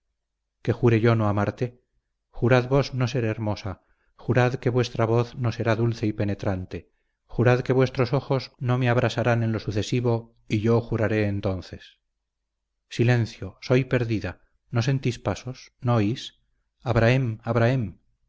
que jure yo no amarte jurad vos no ser hermosa jurad que vuestra voz no será dulce y penetrante jurad que vuestros ojos no me abrasarán en lo sucesivo y yo juraré entonces silencio soy perdida no sentís pasos no oís abrahem abrahem